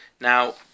Now